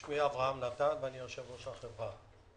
שמי אברהם נתן, אני יושב-ראש החברה.